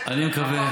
אני מקווה,